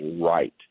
right